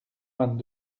vingt